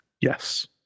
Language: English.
Yes